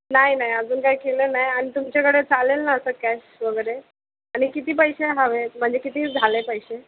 नाही नाही अजून काय केलं नाही आणि तुमच्याकडे चालेल ना असं कॅश वगैरे आणि किती पैसे हवेत म्हणजे किती झाले पैसे